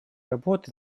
работы